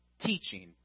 teaching